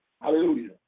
Hallelujah